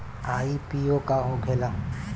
IPO का होखेला?